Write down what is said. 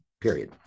period